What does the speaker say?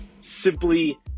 simply